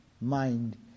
mind